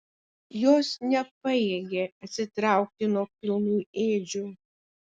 jos nepajėgė atsitraukti nuo pilnų ėdžių